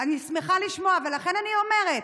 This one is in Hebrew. --- אני שמחה לשמוע, ולכן אני אומרת,